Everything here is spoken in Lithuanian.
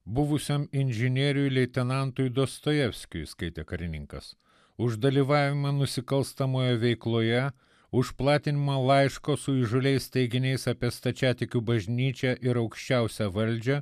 buvusiam inžinieriui leitenantui dostojevskiui skaitė karininkas už dalyvavimą nusikalstamoje veikloje už platinimą laiško su įžūliais teiginiais apie stačiatikių bažnyčią ir aukščiausią valdžią